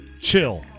chill